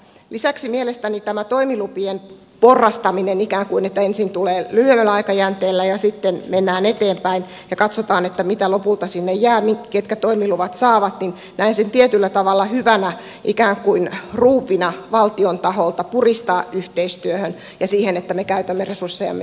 lisäksi näen tämän toimilupien porrastamisen että ikään kuin ensin mennään lyhyemmällä aikajänteellä ja sitten mennään eteenpäin ja katsotaan mitä lopulta sinne jää ketkä toimiluvat saavat tietyllä tavalla hyvänä ikään kuin ruuvina valtion taholta puristaa yhteistyöhön ja siihen että me käytämme resurssejamme tehokkaammin